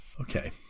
Okay